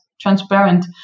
transparent